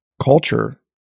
culture